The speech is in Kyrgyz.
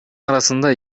арасында